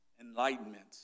Enlightenment